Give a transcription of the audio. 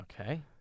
Okay